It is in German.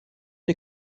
ihr